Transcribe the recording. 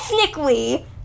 Ethnically